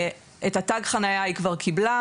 את תג החניה היא כבר קיבלה,